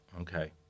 Okay